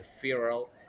feral